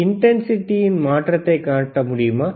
எனவே இன்டன்சிடியின் மாற்றத்தைக் காட்ட முடியுமா